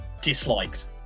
disliked